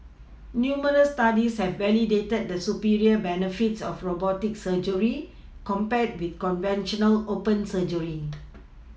numerous Studies have validated the superior benefits of robotic surgery compared with conventional open surgery